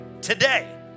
today